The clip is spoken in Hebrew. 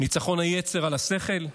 ניצחון היצר על השכל?